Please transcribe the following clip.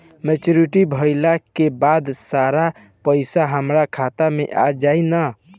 Maturity भईला के बाद सारा पईसा हमार खाता मे आ जाई न?